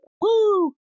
Woo